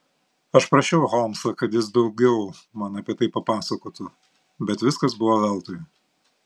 aš prašiau holmsą kad jis daugiau man apie tai papasakotų bet viskas buvo veltui